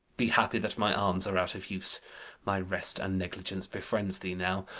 be happy that my arms are out of use my rest and negligence befriends thee now,